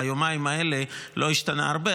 ביומיים האלה לא השתנה הרבה.